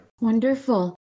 Wonderful